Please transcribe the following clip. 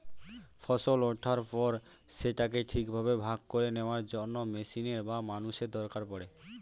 ফসল ওঠার পর সেটাকে ঠিকভাবে ভাগ করে নেওয়ার জন্য মেশিনের বা মানুষের দরকার পড়ে